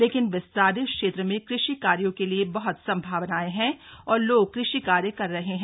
लेकिन विस्तारित क्षेत्र में कृषि कार्यो के लिए बह्त सम्भावनाएं हैं और लोग कृषि कार्य कर रहे हैं